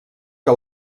que